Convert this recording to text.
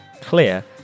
clear